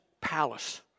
palace